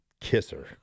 kisser